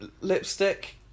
lipstick